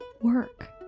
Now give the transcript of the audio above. work